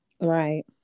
Right